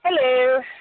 Hello